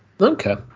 Okay